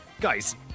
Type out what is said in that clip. Guys